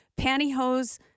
pantyhose